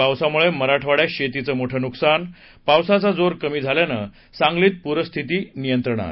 पावसामुळे मराठवाड्यात शेतीचं मोठं नुकसान पावसाचा जोर कमी झाल्यानं सांगलीत पूरस्थिती नियंत्रणात